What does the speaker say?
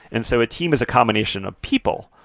and so a team is a combination of people,